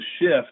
shift